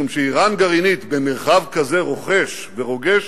משום שאירן גרעינית במרחב כזה רוחש ורוגש,